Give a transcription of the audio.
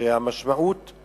המשמעות היא